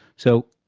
so